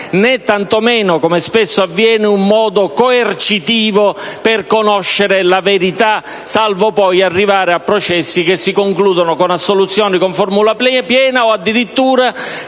né tanto meno, come spesso avviene, un modo coercitivo per conoscere la verità, salvo poi arrivare a processi che si concludono con assoluzioni con formula piena o addirittura